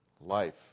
Life